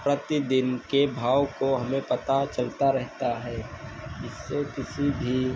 प्रतिदिन के भाव का हमें पता चलता रहता है इससे किसी भी